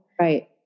Right